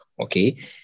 Okay